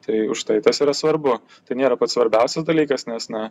tai už tai tas yra svarbu tai nėra pats svarbiausias dalykas nes na